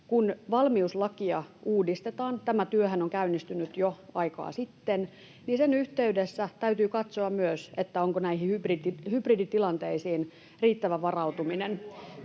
kun valmiuslakia uudistetaan — tämä työhän on käynnistynyt jo aikaa sitten — niin sen yhteydessä täytyy katsoa myös, onko näihin hybriditilanteisiin riittävä varautuminen.